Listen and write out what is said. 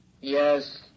Yes